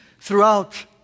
throughout